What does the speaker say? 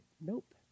nope